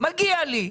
מגיע לי,